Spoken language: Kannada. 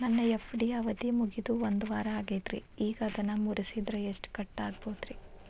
ನನ್ನ ಎಫ್.ಡಿ ಅವಧಿ ಮುಗಿದು ಒಂದವಾರ ಆಗೇದ್ರಿ ಈಗ ಅದನ್ನ ಮುರಿಸಿದ್ರ ಎಷ್ಟ ಕಟ್ ಆಗ್ಬೋದ್ರಿ?